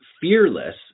fearless